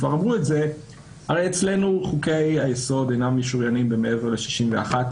הוא שאצלנו חוקי היסוד אינם משוריינים מעבר ל-61,